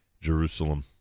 Jerusalem